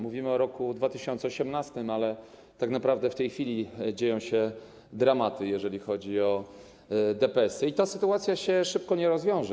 Mówimy o roku 2018, ale tak naprawdę w tej chwili dzieją się dramaty, jeżeli chodzi o DPS-y, i ta sytuacja się szybko nie rozwiąże.